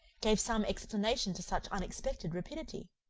gave some explanation to such unexpected rapidity.